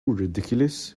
ridiculous